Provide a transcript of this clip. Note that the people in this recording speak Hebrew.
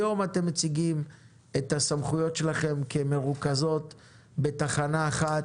היום אתם מציגים את הסמכויות שלכם כמרוכזות בתחנה אחת,